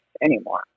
anymore